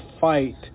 fight